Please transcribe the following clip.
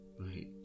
Right